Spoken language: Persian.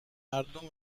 مردم